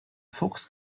fuchs